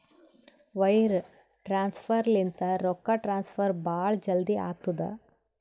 wire transfer ಲಿಂತ ರೊಕ್ಕಾ transfer ಭಾಳ್ ಜಲ್ದಿ ಆತ್ತುದ